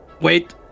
wait